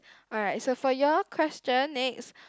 alright so for your question next